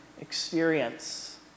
experience